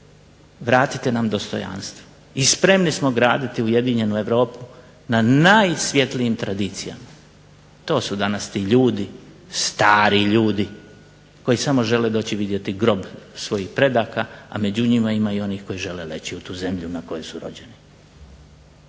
vratite nam dostojanstvo i spremni smo graditi ujedinjenu Europu na najsvjetlijim tradicijama. To su danas ti ljudi, stari ljudi koji samo žele doći vidjeti grob svojih predaka, a među njima ima i onih koji žele leći u tu zemlju na kojoj su rođeni.